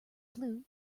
flue